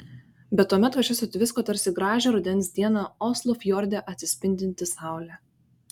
bet tuomet kažkas sutvisko tarsi gražią rudens dieną oslo fjorde atsispindinti saulė